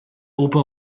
open